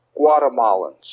Guatemalans